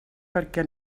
perquè